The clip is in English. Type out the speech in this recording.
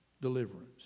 Deliverance